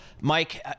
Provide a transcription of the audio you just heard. Mike